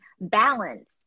balance